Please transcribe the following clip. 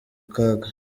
kaga